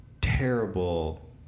terrible